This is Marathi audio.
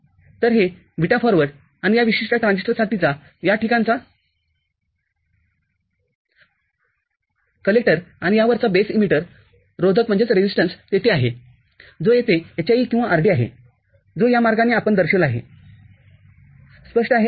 तर हे बीटा फॉरवर्ड आणि या विशिष्ट ट्रान्झिस्टरसाठीचा या ठिकाणचा कलेक्टररोधक आणि यावरचा बेस इमीटर रोधक तेथे आहेजो येथे hie किंवा rd आहे जो या मार्गाने आपण दर्शविला आहेस्पष्ट आहे